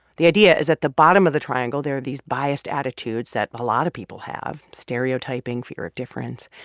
the idea is at the bottom of the triangle, there are these biased attitudes that a lot of people have stereotyping, fear of difference.